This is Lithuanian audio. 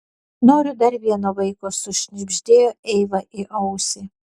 noriu dar vieno vaiko sušnibždėjo eiva į ausį